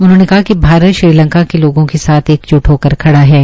उन्होंने कहा कि भारत श्रीलंका के लोगों के साथ एकज्ट होकर खड़ा हा